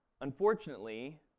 Unfortunately